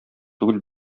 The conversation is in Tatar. түгел